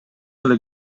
эле